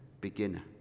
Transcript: beginner